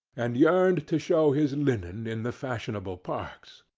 and yearned to show his linen in the fashionable parks.